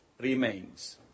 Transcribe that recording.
remains